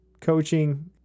coaching